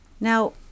Now